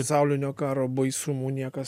pasaulinio karo baisumų niekas